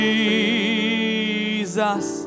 Jesus